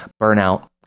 burnout